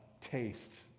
taste